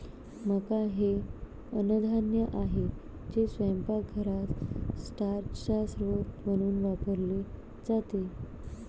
मका हे अन्नधान्य आहे जे स्वयंपाकात स्टार्चचा स्रोत म्हणून वापरले जाते